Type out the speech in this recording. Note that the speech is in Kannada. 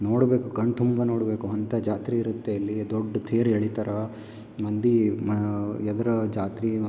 ನೋಡಬೇಕು ಕಣ್ತುಂಬ ನೋಡಬೇಕು ಅಂತ ಜಾತ್ರೆ ಇರುತ್ತೆ ಇಲ್ಲಿ ದೊಡ್ಡ ತೇರು ಎಳಿತಾರ ಮಂದಿ ಮಾ ಎದ್ರು ಜಾತ್ರೆ